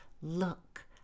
Look